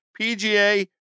PGA